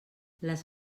les